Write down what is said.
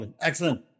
excellent